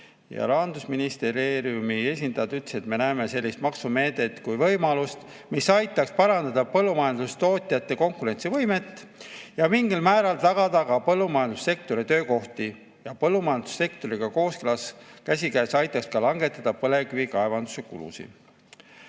Rahandusministeeriumi esindajad ütlesid, et nad näevad sellist maksumeedet kui võimalust, mis aitab parandada põllumajandustootjate konkurentsivõimet ja mingil määral tagada põllumajandussektoris töökohti. Ja põllumajandussektoriga kooskõlas aitaks see langetada ka põlevkivikaevanduse kulusid.